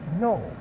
no